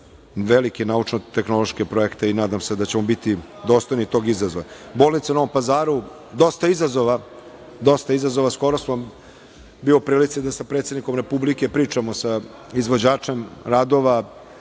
velike naučno-tehnološke projekte i nadam se da ćemo biti dostojni tog izazova. Bolnica u Novom Pazaru, dosta izazova. Skoro sam bio u prilici da sa predsednikom Republike pričamo sa izvođačem radova.